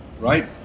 Right